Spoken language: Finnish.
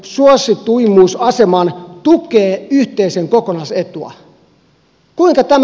kuinka tämä voidaan kiistää